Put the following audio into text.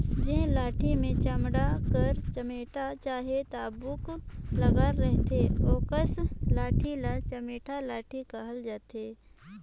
जेन लाठी मे चमड़ा कर चमेटा चहे चाबूक लगल रहथे ओकस लाठी ल चमेटा लाठी कहल जाथे